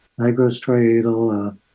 nigrostriatal